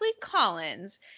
Collins